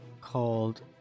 called